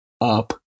up